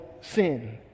sin